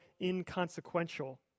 inconsequential